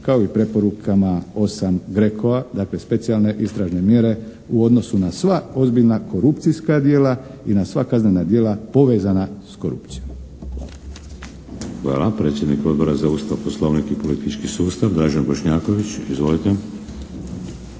se ne razumije./…, dakle specijalne istražne mjere u odnosu na sva ozbiljna korupcijska djela i na sva kaznena djela povezana s korupcijom.